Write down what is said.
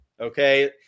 Okay